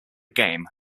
game